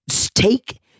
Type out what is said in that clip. take